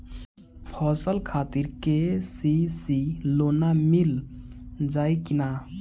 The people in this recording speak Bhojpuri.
फसल खातिर के.सी.सी लोना मील जाई किना?